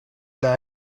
lag